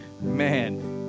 man